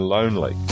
Lonely